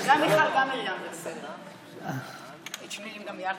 גם מיכל, גם מרים, זה בסדר, את שניהם גם יחד.